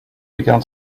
began